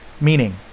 Meaning